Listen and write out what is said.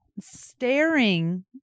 staring